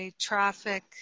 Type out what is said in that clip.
traffic